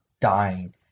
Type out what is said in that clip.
dying